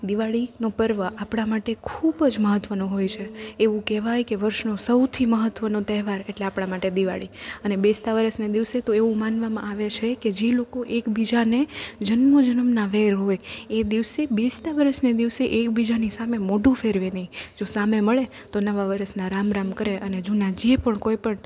દિવાળીનો પર્વ આપણા માટે ખૂબ જ મહત્ત્વનો હોય છે એવું કહેવાય કે વર્ષનો સૌથી મહત્ત્વનો તહેવાર એટલે આપણા માટે દિવાળી અને બેસતા વર્ષના દિવસે તો એવું માનવામાં આવે છે કે જે લોકો એકબીજાને જન્મો જન્મનાં વેર હોય એ દિવસે બેસતા વરસને દિવસે એકબીજાની સામે મોઢું ફેરવે નહીં જો સામે મળે તો નવા વરસના રામ રામ કરે અને જૂના જે પણ કોઈપણ